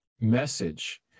message